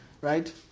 Right